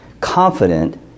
confident